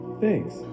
Thanks